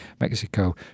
Mexico